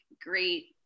great